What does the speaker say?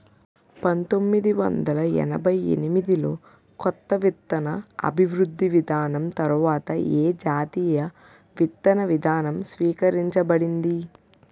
పంతోమ్మిది వందల ఎనభై ఎనిమిది లో కొత్త విత్తన అభివృద్ధి విధానం తర్వాత ఏ జాతీయ విత్తన విధానం స్వీకరించబడింది?